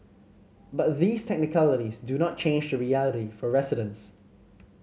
but these technicalities do not change the reality for residents